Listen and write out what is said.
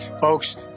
folks